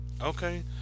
okay